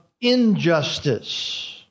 injustice